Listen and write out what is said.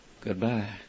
goodbye